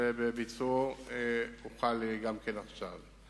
שבביצועו הוחל גם כן עכשיו.